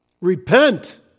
Repent